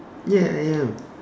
ya I am